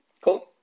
Cool